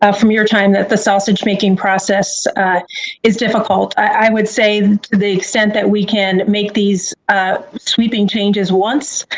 ah from your time that the sausage making process is difficult, i would say to the extent that we can make these ah sweeping changes once,